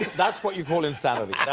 that's what you call insanity. yeah